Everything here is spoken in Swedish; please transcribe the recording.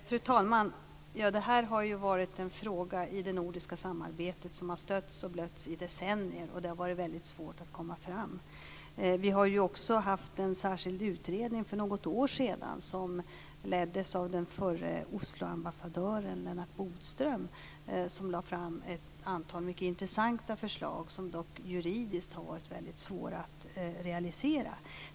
Fru talman! Detta har ju varit en fråga i det nordiska samarbetet som har stötts och blötts i decennier, och det har varit väldigt svårt att komma framåt. Vi har också haft en särskild utredning för något år sedan som leddes av den förre Osloambassadören Lennart Bodström och som lade fram ett antal mycket intressanta förslag som dock juridiskt har varit mycket svåra att realisera.